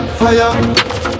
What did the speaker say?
fire